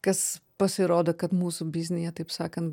kas pasirodo kad mūsų biznyje taip sakant